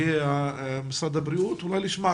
מנהלת מחלקת אם וילד בשירותי בריאות הציבור,